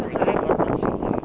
不然是